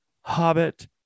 hobbit